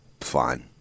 fine